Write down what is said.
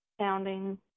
sounding